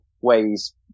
ways